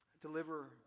deliver